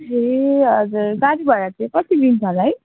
ए हजुर गाडी भाडा चाहिँ कति लिन्छ होला है